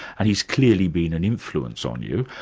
and he's clearly been an influence on you.